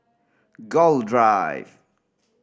Gul Drive